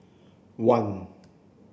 one